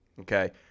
Okay